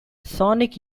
sonic